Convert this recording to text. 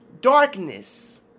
darkness